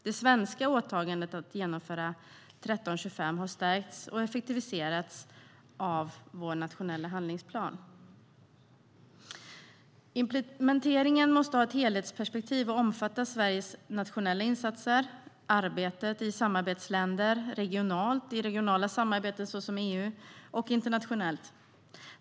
Det svenska åtagandet att genomföra 1325 har stärkts och effektiviserats genom vår nationella handlingsplan. Vid implementeringen måste man ha ett helhetsperspektiv så att det omfattar Sveriges nationella insatser, arbetet i samarbetsländer när det gäller regionala samarbeten - till exempel EU - och internationellt.